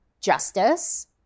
justice